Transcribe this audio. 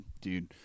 dude